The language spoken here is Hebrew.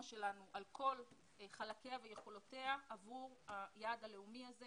שלנו על כל חלקיה ויכולותיה עבור היעד הלאומי הזה